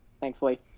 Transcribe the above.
Thankfully